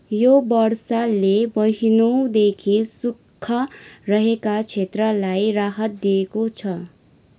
यो वर्षाले महिनौँदेखि सुक्खा रहेका क्षेत्रलाई राहत दिएको छ